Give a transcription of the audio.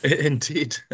Indeed